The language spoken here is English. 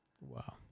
Wow